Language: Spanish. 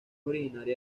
originaria